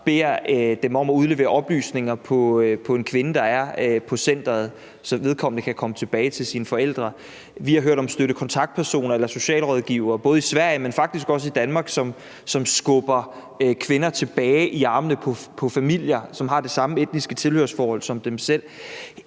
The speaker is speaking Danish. beder dem om at udlevere oplysninger om en kvinde, der er på centeret, så vedkommende kan komme tilbage til sine forældre. Vi har hørt om støtte- og kontaktpersoner eller socialrådgivere, både i Sverige, men faktisk også i Danmark, som skubber kvinder tilbage i armene på familier, som har det samme etniske tilhørsforhold som dem selv.